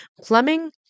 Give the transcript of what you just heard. Plumbing